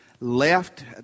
left